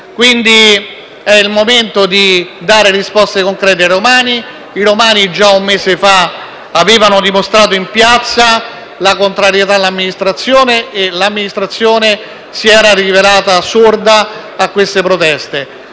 questo è il momento di dare risposte concrete ai romani, che già un mese fa avevano dimostrato in piazza la contrarietà all'amministrazione e l'amministrazione si era rivelata sorda a queste proteste.